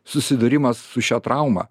susidūrimas su šia trauma